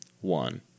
one